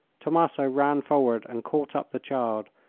tommaso ran forward and caught up the child,